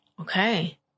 Okay